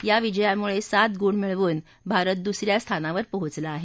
या विजयामुळे सात गुण मिळवून भारत दुस या स्थानावर पोचला आहे